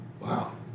Wow